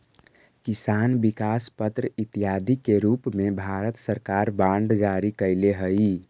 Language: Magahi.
किसान विकास पत्र इत्यादि के रूप में भारत सरकार बांड जारी कैले हइ